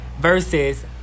versus